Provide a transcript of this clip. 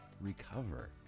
recover